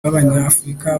b’abanyafurika